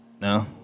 No